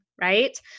right